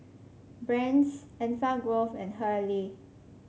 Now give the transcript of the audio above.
Brand's Enfagrow and Hurley